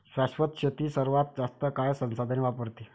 शाश्वत शेती सर्वात जास्त काळ संसाधने वापरते